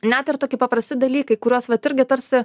net ir tokie paprasti dalykai kuriuos vat irgi tarsi